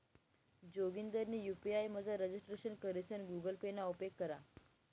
जोगिंदरनी यु.पी.आय मझार रजिस्ट्रेशन करीसन गुगल पे ना उपेग करा